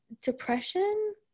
depression